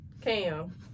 Cam